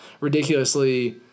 ridiculously